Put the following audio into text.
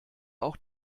auch